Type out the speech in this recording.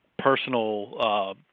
personal